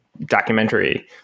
documentary